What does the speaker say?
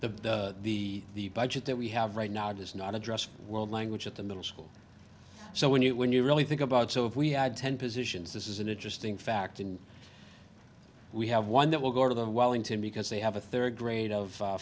the the the budget that we have right now does not address the world language at the middle school so when you when you really think about so if we had ten positions this is an interesting fact in we have one that will go to the wellington because they have a third grade of